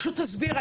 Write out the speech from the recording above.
פשוט תסביר,